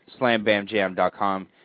slambamjam.com